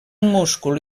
múscul